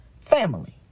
family